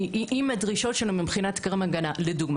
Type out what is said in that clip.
אם הדרישות מבחינת קרם הגנה למשל,